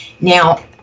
Now